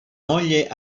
moglie